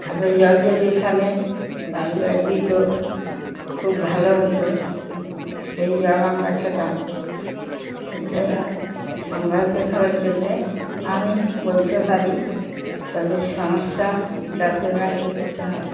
ভালো জল যদি এখানে বাড়ি বাড়ি দিত খুব ভালো হতো সেই জল আমরা খেতাম এটাই আমি সংবাদে দেখাবার জন্যে আমি বলতে পারি তবে সমস্যা যাতে না গুরুত্ব হয়